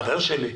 חבר שלי?